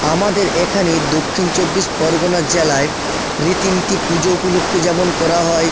আমাদের এখানে দক্ষিণ চব্বিশ পরগনা জেলায় রীতিনীতি পুজো উপলক্ষে যেমন করা হয়